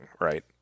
right